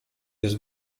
jest